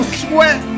sweat